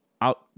out